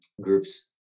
Groups